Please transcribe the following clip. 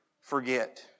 forget